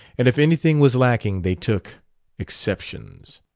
and if anything was lacking they took exceptions.